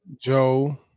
Joe